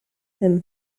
him